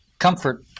Comfort